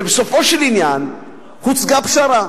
ובסופו של עניין הוצגה פשרה,